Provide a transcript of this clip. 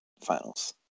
finals